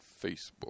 Facebook